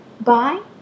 Bye